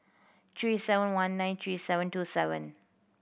three seven one nine three seven two seven